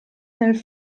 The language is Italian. nel